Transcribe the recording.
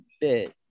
bit